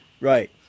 Right